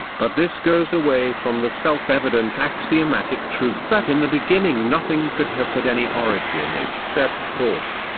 but this goes away from the self-evident axiomatic truth that in the beginning nothing could have had any origin except thought.